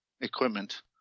equipment